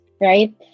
right